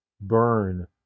burn